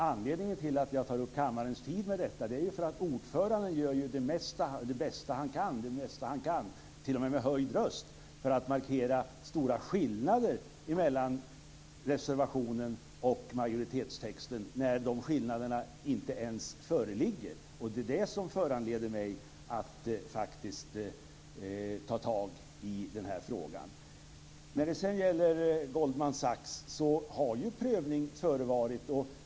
Anledningen till att jag tar upp kammarens tid med detta är ju att ordföranden gör det bästa han kan, t.o.m. med höjd röst, för att markera stora skillnader mellan reservationen och majoritetstexten när dessa skillnader inte ens föreligger. Det är det som föranleder mig att faktiskt ta tag i den här frågan. När det sedan gäller Goldman Sachs har ju prövning förevarit.